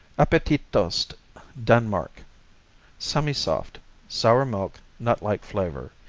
appetitost denmark semisoft sour milk nutlike flavor.